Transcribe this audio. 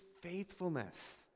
faithfulness